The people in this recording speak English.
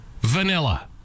Vanilla